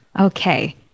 Okay